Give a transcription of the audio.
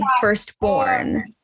firstborn